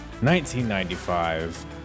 1995